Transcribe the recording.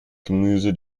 gemüse